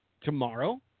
tomorrow